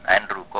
Andrew